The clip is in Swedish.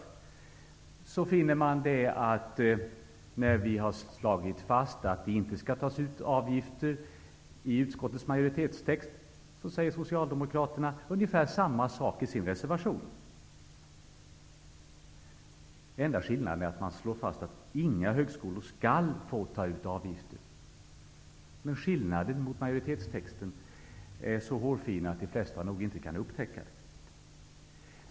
Utskottsmajoriteten har i betänkandetexten slagit fast att det inte skall tas ut avgifter, och Socialdemokraterna säger i sin reservation ungefär samma sak. Den enda skillnaden är att Socialdemokraterna slår fast att inga högskolor skall få ta ut avgifter. Skillnaden gentemot majoritetstexten är så hårfin att de flesta nog inte kan upptäcka den.